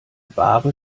wahre